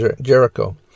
Jericho